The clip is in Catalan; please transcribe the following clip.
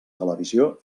televisió